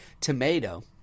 tomato